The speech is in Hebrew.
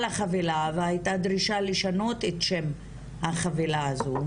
החבילה והייתה דרישה לשנות את שם החבילה הזו,